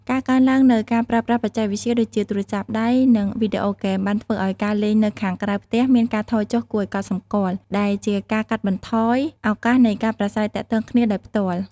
ការកើនឡើងនូវការប្រើប្រាស់បច្ចេកវិទ្យាដូចជាទូរស័ព្ទដៃនិងវីដេអូហ្គេមបានធ្វើឲ្យការលេងនៅខាងក្រៅផ្ទះមានការថយចុះគួរឱ្យកត់សម្គាល់ ដែលជាការកាត់បន្ថយឱកាសនៃការប្រាស្រ័យទាក់ទងគ្នាដោយផ្ទាល់។